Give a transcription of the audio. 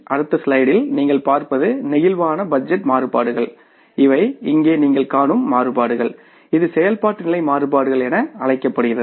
அடுத்த ஸ்லைடில் நீங்கள் பார்ப்பது பிளேக்சிபிள் பட்ஜெட் மாறுபாடுகள் இவை இங்கே நீங்கள் காணும் மாறுபாடுகள் இது செயல்பாட்டு நிலை மாறுபாடுகள் என அழைக்கப்படுகிறது